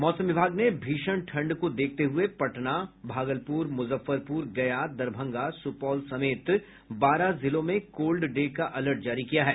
मौसम विभाग ने भीषण ठंड को देखते हुए पटना भागलपुर मुजफ्फरपुर गया दरभंगा सुपौल समेत बारह जिलों में कोल्ड डे का अलर्ट जारी किया है